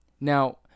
Now